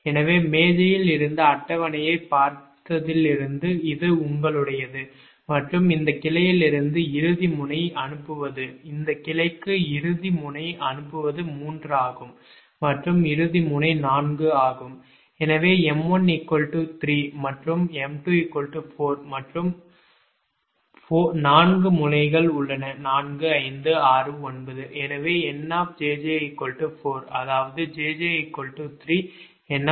எனவே மேஜையில் இருந்து அட்டவணையைப் பார்த்ததிலிருந்து இது உங்களுடையது மற்றும் இந்த கிளையிலிருந்து இறுதி முனை அனுப்புவது இந்த கிளைக்கு இறுதி முனை அனுப்புவது 3 ஆகும் மற்றும் இறுதி முனை 4 ஆகும் எனவே m1 3 மற்றும் m2 4 மற்றும் 4 முனைகள் உள்ளன 4 5 6 9 எனவே Njj 4 அதாவது jj 3 Njj N3 4